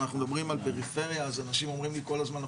ואם אנחנו מדברים על פריפריה אז אנשים אומרים לי כל הזמן,